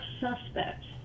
suspects